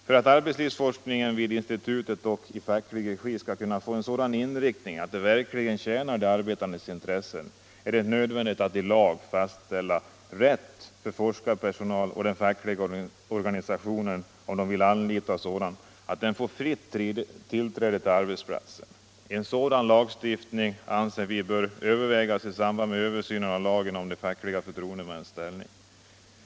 För att arbetslivsforskningen vid institutet och i facklig regi skall kunna få en sådan inriktning att den verkligen tjänar de arbetandes intressen, är det nödvändigt att i lag fastställa rätt för den forskarpersonal, som den fackliga organisationen vill anlita, att få fritt tillträde till arbetsplatserna. En sådan lagstiftning bör, anser vi, övervägas i samband med översynen av lagen om de fackliga förtroendemännens ställning.